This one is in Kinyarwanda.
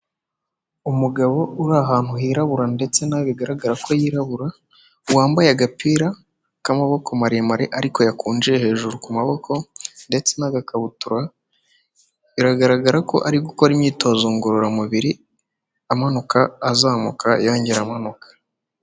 Umugabo uri ahantu hirabura ndetse nawe bigaragara ko yirabura, wambaye agapira k'amaboko maremare ariko yakunje hejuru ku maboko, ndetse n'agakabutura, biragaragara ko ari gukora imyitozo ngororamubiri amanuk, azamuka, yongera amanuka.